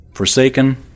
forsaken